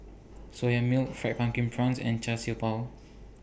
Soya Milk Fried Pumpkin Prawns and Char Siew Bao